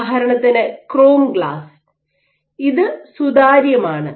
ഉദാഹരണത്തിന് chrome glass ഇത് സുതാര്യമാണ്